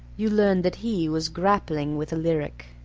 you learned that he was grappling with a lyric.